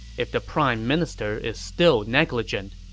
if the prime minister is still negligent,